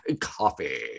Coffee